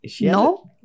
No